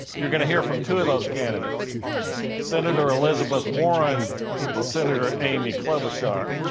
you're going to hear from two of those candidates senator elizabeth warren and senator amy klobuchar.